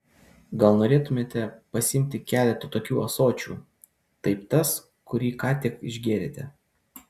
gal norėtumėte pasiimti keletą tokių ąsočių taip tas kurį ką tik išgėrėte